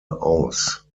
aus